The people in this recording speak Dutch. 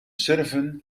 surfen